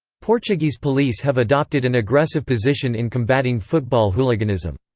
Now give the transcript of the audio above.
portuguese police have adopted an aggressive position in combating football hooliganism.